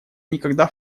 никогда